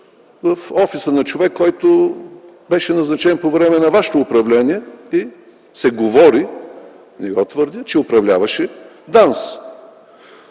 в офиса на човек, който беше назначен по време на вашето управление и се говори, не го твърдя, че управляваше ДАНС.